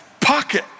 pocket